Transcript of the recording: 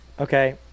Okay